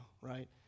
right